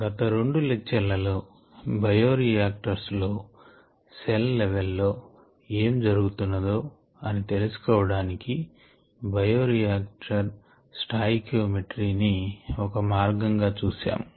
గత రెండు లెక్చర్ లలో బయోరియాక్టర్స్ లో సెల్ లెవల్ లో ఏమిజరుగుతున్నదో అని తెలుసు కోవడానికి బయోరియాక్షన్ స్టాయికియోమెట్రీ ని ఒక మార్గం గా చూసాము